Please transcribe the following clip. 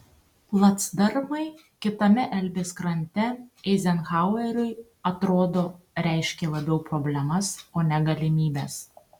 placdarmai kitame elbės krante eizenhaueriui atrodo reiškė labiau problemas o ne galimybes